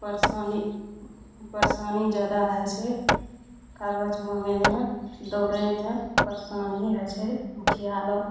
परेशानी परेशानी जादा होइ छै कागज मँगयमे दौड़यमे परेशानी होइ छै मुखिया लए